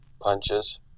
punches